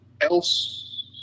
else